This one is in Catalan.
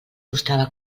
mostrava